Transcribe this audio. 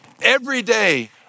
everyday